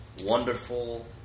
wonderful